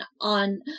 on